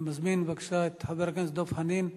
אני מזמין את חבר הכנסת דב חנין,